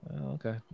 Okay